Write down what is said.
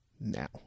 now